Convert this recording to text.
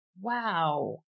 Wow